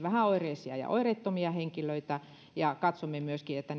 vähäoireisia ja oireettomia henkilöitä ja katsomme myöskin että